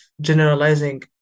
generalizing